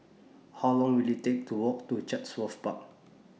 How Long Will IT Take to Walk to Chatsworth Park